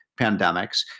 pandemics